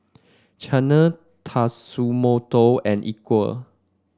Chanel Tatsumoto and Equal